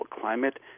climate